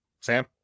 Sam